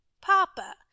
papa